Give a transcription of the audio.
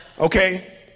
Okay